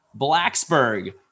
Blacksburg